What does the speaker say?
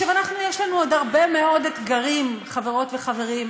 יש לנו עוד הרבה מאוד אתגרים, חברות וחברים,